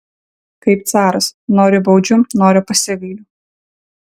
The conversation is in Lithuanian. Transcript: kaip caras noriu baudžiu noriu pasigailiu